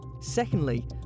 Secondly